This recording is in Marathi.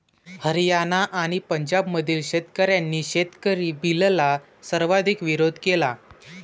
हरियाणा आणि पंजाबमधील शेतकऱ्यांनी शेतकरी बिलला सर्वाधिक विरोध केला